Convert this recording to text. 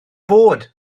bod